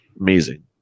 Amazing